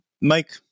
Mike